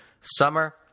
Summer